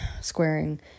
squaring